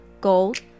gold